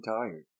tired